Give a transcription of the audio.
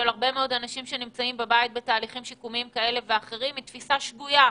הרבה אנשים שנמצאים בתהליכים שיקומים כאלה ואחרים היא תפיסה שגוייה,